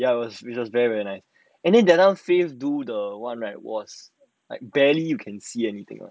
ya it was really really nice and then that time faith do the colour like barely can see